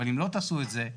אבל אם לא תעשו את זה,